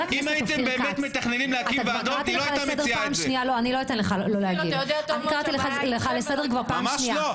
קראתי לך לסדר כבר פעם שנייה.